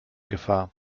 gefahr